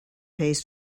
pays